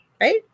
Right